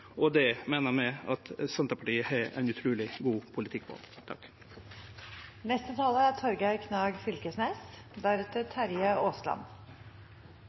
kysten. Det meiner vi at Senterpartiet har ein utruleg god politikk